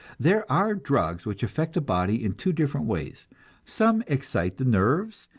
there are drugs which affect the body in two different ways some excite the nerves,